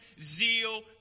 zeal